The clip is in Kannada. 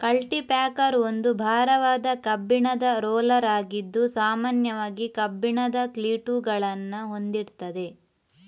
ಕಲ್ಟಿ ಪ್ಯಾಕರ್ ಒಂದು ಭಾರವಾದ ಕಬ್ಬಿಣದ ರೋಲರ್ ಆಗಿದ್ದು ಸಾಮಾನ್ಯವಾಗಿ ಕಬ್ಬಿಣದ ಕ್ಲೀಟುಗಳನ್ನ ಹೊಂದಿರ್ತದೆ